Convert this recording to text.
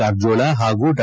ಕಾರಜೋಳ ಪಾಗೂ ಡಾ